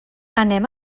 anem